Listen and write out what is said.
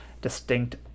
distinct